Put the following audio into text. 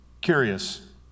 curious